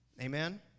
Amen